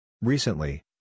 Recently